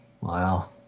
Wow